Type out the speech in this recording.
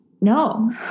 no